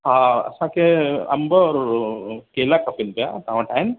हा असांखे अंब और ओ केला खपनि पिया तव्हां वटि आहिनि